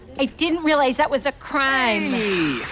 i didn't realize that was a crime.